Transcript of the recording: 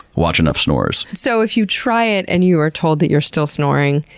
watch enough snorers. so, if you try it and you were told that you're still snoring,